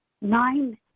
nine